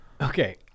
okay